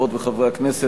חברות וחברי הכנסת,